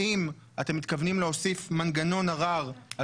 האם אתם מתכוונים להוסיף מנגנון ערר על